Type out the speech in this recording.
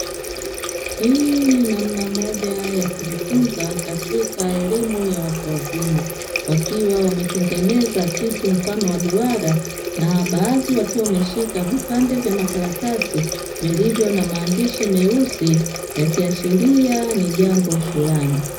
Hii ni namna moja ya kujifunza katika elimu ya watu wazima wakiwa wametengeneza kitu mfano wa duara, na baadhi wakiwa wameshika vipande vya makaratasi vilivyo na maandishi meusi; yakiashiria ni jambo fulani.